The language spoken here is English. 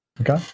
Okay